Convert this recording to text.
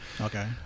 Okay